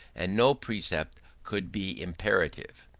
and no precept could be imperative.